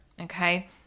Okay